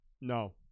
No